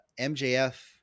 MJF